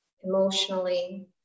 emotionally